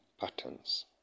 patterns